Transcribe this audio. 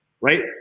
Right